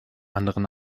anderen